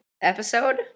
episode